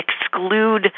exclude